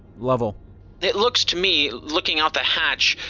lovell it looks to me, looking out the hatch,